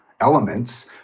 elements